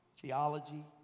theology